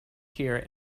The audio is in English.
here